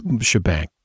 shebang